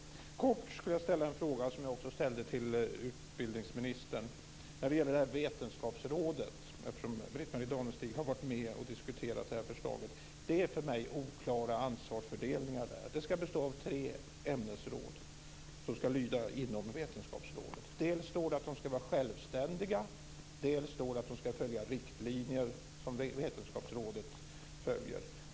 Jag skulle kortfattat vilja ställa en fråga som jag också ställde till utbildningsministern när det gäller detta vetenskapsråd, eftersom Britt-Marie Danestig har varit med och diskuterat detta förslag. Det är för mig oklara ansvarsfördelningar där. Det ska bestå av tre ämnesråd som ska lyda inom vetenskapsrådet. Det står dels att de ska vara självständiga, dels att de ska följa riktlinjer som vetenskapsrådet följer.